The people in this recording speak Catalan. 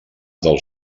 del